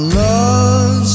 love